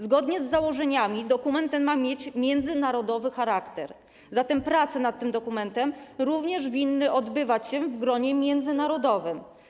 Zgodnie z założeniami dokument ten ma mieć międzynarodowy charakter, zatem prace nad nim również winny odbywać się w gronie międzynarodowym.